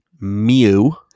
Mew